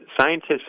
scientists